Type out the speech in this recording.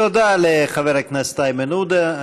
תודה לחבר הכנסת איימן עודה.